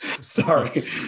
Sorry